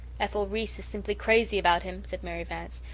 ethel reese is simply crazy about him, said mary vance.